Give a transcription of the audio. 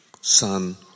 son